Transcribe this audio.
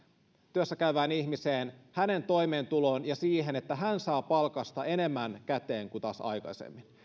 työssäkäyvään ihmiseen hänen toimeentuloonsa ja siihen että hän saa palkasta enemmän käteen kuin taas aikaisemmin